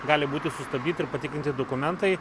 gali būti sustabdyti ir patikrinti dokumentai